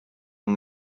yng